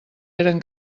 eren